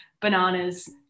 bananas